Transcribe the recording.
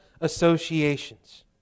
associations